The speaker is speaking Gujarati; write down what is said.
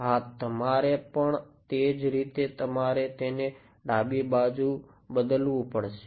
હા તમારે પણ તે જ રીતે તમારે તેને ડાબી બાજુ બદલવું પડશે